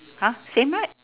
[huh] same right